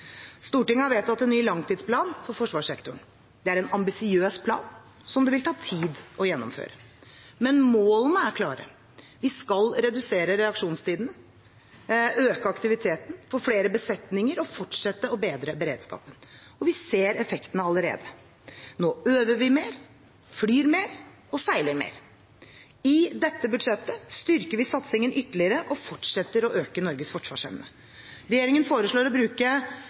Stortinget har vedtatt en ny langtidsplan for forsvarssektoren. Det er en ambisiøs plan som det vil ta tid å gjennomføre. Men målene er klare. Vi skal redusere reaksjonstiden, øke aktiviteten, få flere besetninger og fortsette å bedre beredskapen. Vi ser effektene allerede: Nå øver vi mer, flyr mer og seiler mer. I dette budsjettet styrker vi satsingen ytterligere og fortsetter å øke Norges forsvarsevne. Regjeringen foreslår å bruke